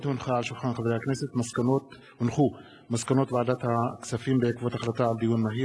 מסקנות ועדת הכספים בעקבות דיון מהיר